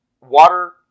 water